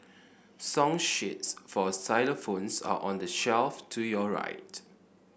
song sheets for xylophones are on the shelf to your right